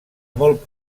molt